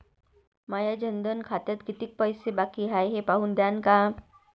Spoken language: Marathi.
माया जनधन खात्यात कितीक पैसे बाकी हाय हे पाहून द्यान का?